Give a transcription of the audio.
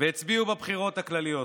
והצביעו בבחירות הכלליות.